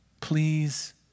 please